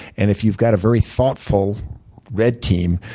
and if you've got a very thoughtful red team,